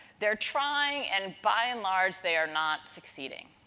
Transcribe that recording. they're trying and by and large, they are not succeeding.